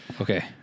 Okay